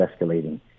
escalating